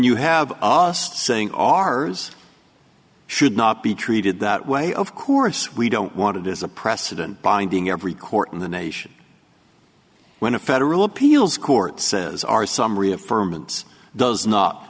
you have us to saying ours should not be treated that way of course we don't want it is a precedent binding every court in the nation when a federal appeals court says our summary a firm and does not